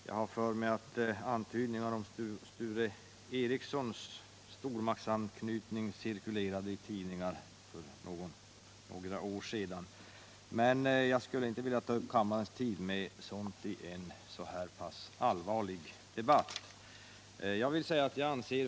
Jag har för mig att antydningar om stormaktsanknytning när det gällde Sture Ericson cirkulerade i tidningarna för några år sedan, men jag vill inte ta upp kammarens tid med sådant i en så allvarlig debatt som denna.